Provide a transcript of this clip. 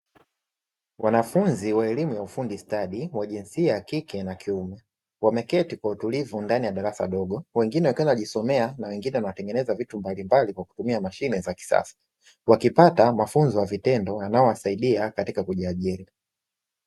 Wanafunzi wa elimu ya ufundi stadi wa jinsia ya kike na kiume, wameketi kwa utulivu ndani ya darasa dogo, wengine wakiwa wanajisomea, na wengine wanatengeneza vitu mbalimbali kwa kutumia mashine za kisasa, wakipata mafunzo ya vitendo yanayowasaidia katika kujiajiri.